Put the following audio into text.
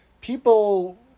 people